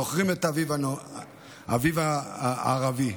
זוכרים את האביב הערבי?